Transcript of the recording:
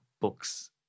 books